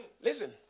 listen